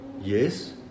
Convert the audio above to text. yes